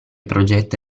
progetta